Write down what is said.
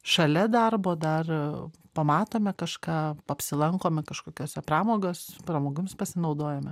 šalia darbo dar pamatome kažką apsilankome kažkokiose pramogos pramogomis pasinaudojome